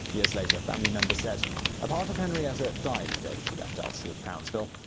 years later, family members said a part of henrietta died the day she left elsie at crownsville.